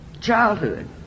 childhood